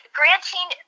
granting